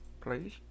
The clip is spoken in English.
Please